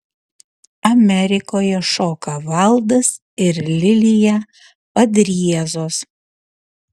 amerikoje šoka valdas ir lilija padriezos